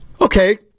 Okay